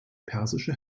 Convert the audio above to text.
persische